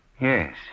Yes